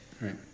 Right